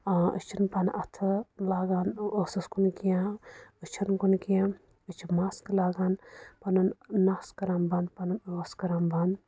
آ أسی چھِنہٕ پَنُن اَتھٕ لاگان ٲسٕس کُن کیٚنٛہہ أچھن کُن کیٚنٛہہ أسۍ چھِ ماسٕک لاگان پَنُن نَس کران بنٚد پَنُن ٲس کران بنٛد